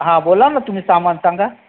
हां बोला ना तुम्ही सामान सांगा